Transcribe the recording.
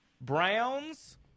Browns